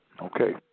Okay